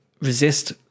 resist